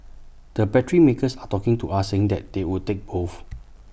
the battery makers are talking to us saying that they would take both